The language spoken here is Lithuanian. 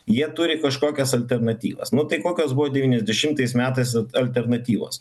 jie turi kažkokias alternatyvas nu tai kokios buvo devyniasdešimtais metais at alternatyvos